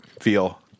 feel